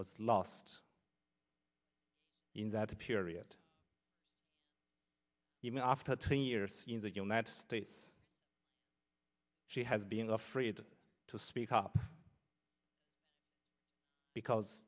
was lost in that period even after ten years in the united states she has being afraid to speak up because